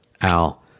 Al